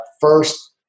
first